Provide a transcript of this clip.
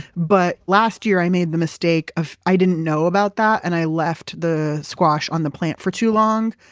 but last year i made the mistake of. i didn't know about that, and i left the squash on the plant for too long,